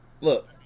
look